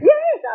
Yes